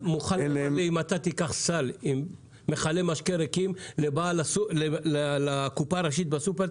אם אתה תיקח סל עם מכלי משקה ריקים לקופה הראשית בסופר,